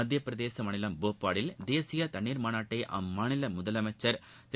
மத்தியப்பிரதேச மாநிலம் போபாலில் தேசிய தண்ணீர் மாநாட்டை அம்மாநில முதலமைச்சர் திரு